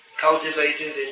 cultivated